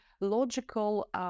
logical